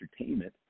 Entertainment